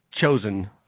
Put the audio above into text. chosen